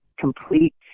complete